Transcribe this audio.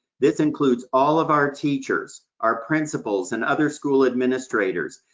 this includes all of our teachers, our principals and other school administrators,